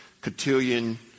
cotillion